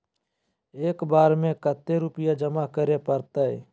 एक बार में कते रुपया जमा करे परते?